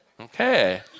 Okay